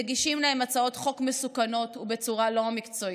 מגישים להם הצעות חוק מסוכנות ובצורה לא מקצועית.